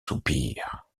soupir